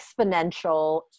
exponential